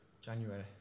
January